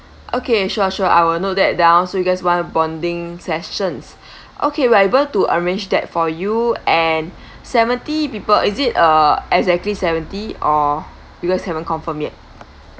okay sure sure I will note that down so you guys want bonding sessions okay we're able to arrange that for you and seventy people is it uh exactly seventy or because haven't confirm yet